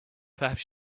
perhaps